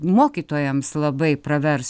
mokytojams labai pravers